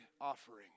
offering